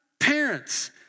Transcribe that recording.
Parents